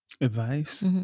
Advice